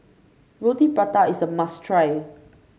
Roti Prata is a must try